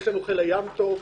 יש לנו חיל הים טוב,